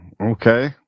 okay